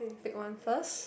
pick one first